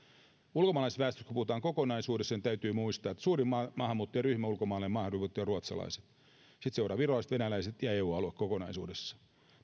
kun puhutaan kokonaisuudessaan niin täytyy muistaa että suurin ulkomaalainen maahanmuuttajaryhmä on ruotsalaiset sitten seuraavat virolaiset venäläiset ja eu alue kokonaisuudessaan